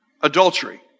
adultery